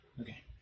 Okay